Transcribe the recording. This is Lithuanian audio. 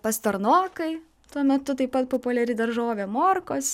pastarnokai tuo metu taip pat populiari daržovė morkos